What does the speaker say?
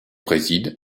préside